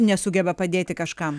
nesugeba padėti kažkam